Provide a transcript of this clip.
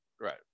Right